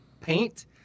paint